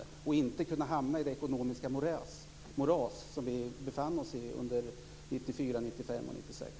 Vi kommer inte kunna hamna i det ekonomiska moras som vi befann oss under 1994-1996.